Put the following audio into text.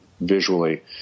visually